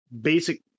basic